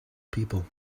people